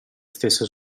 stesse